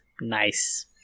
Nice